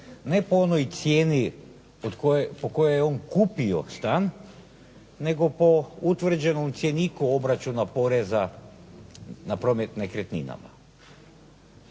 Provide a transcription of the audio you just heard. ne po onoj cijeni po kojoj je on kupio stan, nego po utvrđenom cjeniku obračuna poreza na promet nekretninama.